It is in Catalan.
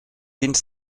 dins